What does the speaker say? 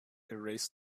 erased